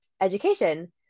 education